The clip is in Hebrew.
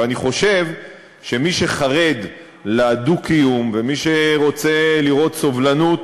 אני חושב שמי שחרד לדו-קיום ומי שרוצה לראות סובלנות